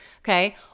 okay